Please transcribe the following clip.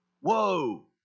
whoa